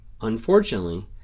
unfortunately